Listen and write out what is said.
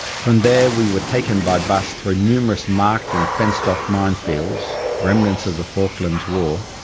from there we were taken by bus through numerous marked and fenced off mine fields, remnants of the falklands war,